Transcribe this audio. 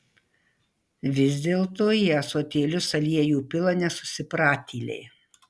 vis dėlto į ąsotėlius aliejų pila nesusipratėliai